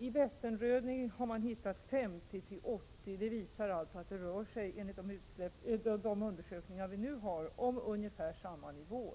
I Vätternröding har man hittat 50 till 80 pikogram, vilket visar att det rör sig om ungefär samma nivå.